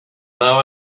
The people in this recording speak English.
now